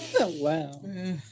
Wow